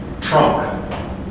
trunk